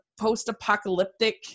post-apocalyptic